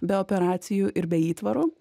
be operacijų ir be įtvarų